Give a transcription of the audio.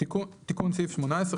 אוקיי.